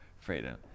freedom